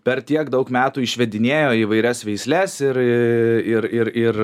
per tiek daug metų išvedinėjo įvairias veisles ir ir ir ir